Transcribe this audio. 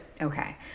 okay